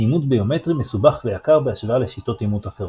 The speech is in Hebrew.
אימות ביומטרי מסובך ויקר בהשוואה לשיטות אימות אחרות.